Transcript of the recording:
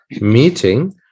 meeting